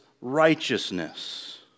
righteousness